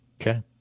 Okay